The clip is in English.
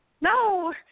no